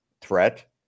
threat